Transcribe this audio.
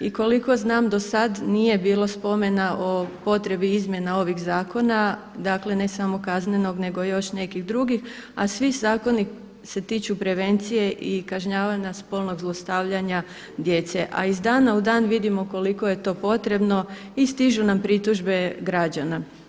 I koliko znam do sad nije bilo spomena o potrebi izmjena ovih zakona, dakle ne samo Kaznenog nego još nekih drugih, a svi zakoni se tiču prevencije i kažnjavanja spolnog zlostavljanja djece, a iz dana u dan vidimo koliko je to potrebno i stižu na pritužbe građana.